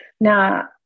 Now